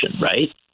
right